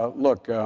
ah look,